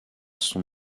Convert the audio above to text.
son